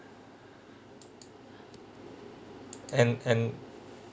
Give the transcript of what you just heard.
and and